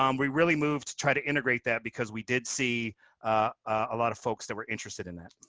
um we really moved to try to integrate that because we did see a lot of folks that were interested in that.